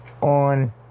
on